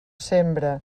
sembre